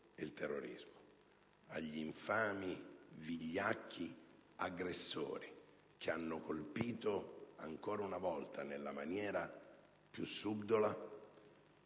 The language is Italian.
il terrorismo. Agli infami, vigliacchi aggressori che hanno colpito ancora una volta nella maniera più subdola